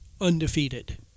undefeated